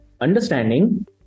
understanding